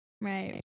Right